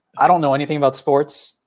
i don't know anything about sports,